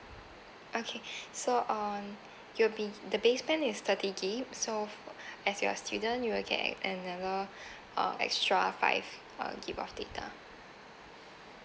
okay so on you'll be the base plan is thirty gig so as you are student you will get another uh extra five uh gig of data